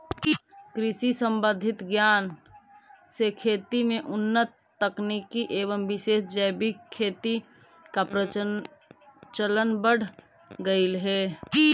कृषि संबंधित ज्ञान से खेती में उन्नत तकनीक एवं विशेष जैविक खेती का प्रचलन बढ़ गेलई हे